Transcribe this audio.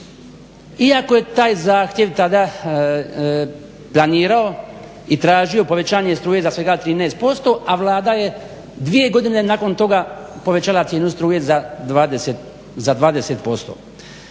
iako je taj zahtjev tada planirao i tražio povećanje struje za svega 13%, a Vlada je 2. godine nakon toga povećala cijenu struje za 20%.